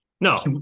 No